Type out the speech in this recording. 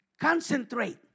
concentrate